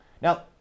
Now